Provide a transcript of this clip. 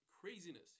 craziness